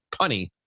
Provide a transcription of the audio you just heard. punny